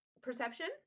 Perception